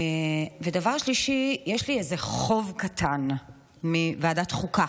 ודבר שלישי, יש לי איזה חוב קטן מוועדת החוקה,